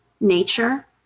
nature